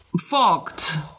fogged